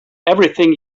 everything